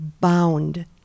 bound